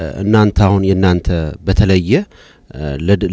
up a little